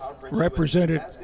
represented